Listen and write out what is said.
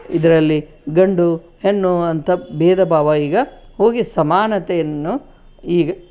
ಇದರಲ್ಲಿ ಗಂಡು ಹೆಣ್ಣು ಅಂತ ಬೇಧ ಭಾವ ಈಗ ಹೋಗಿ ಸಮಾನತೆಯನ್ನು ಈಗ